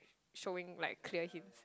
showing like clear hints